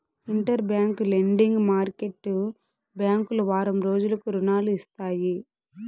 inter bank lending market బ్యాంకులు వారం రోజులకు రుణాలు ఇస్తాయి